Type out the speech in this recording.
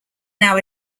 now